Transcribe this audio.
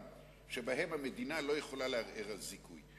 שבהן המדינה לא יכולה לערער על זיכוי.